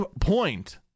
point